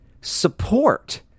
support